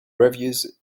reviews